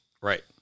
Right